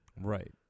Right